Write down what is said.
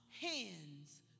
hands